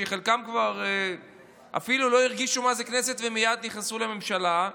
שחלקם אפילו לא הרגישו מה זה כנסת ומייד נכנסו לממשלה,